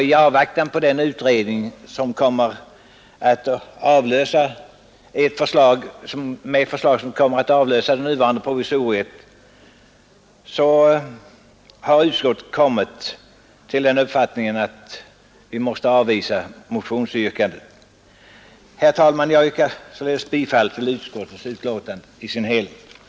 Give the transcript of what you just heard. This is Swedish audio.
I avvaktan på den utredning som kommer med förslag som avlöser det nuvarande provisoriet har utskottet funnit att motionsyrkandet måste avvisas. Herr talman! Jag yrkas således bifall till utskottets betänkande i dess helhet.